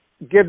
give